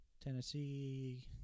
Tennessee